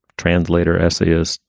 translator, essayist,